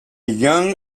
young